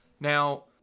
Now